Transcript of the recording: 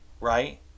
right